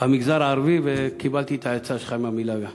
המגזר הערבי, וקיבלתי את העצה שלך עם המילה.